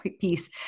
piece